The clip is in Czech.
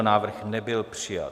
Návrh nebyl přijat.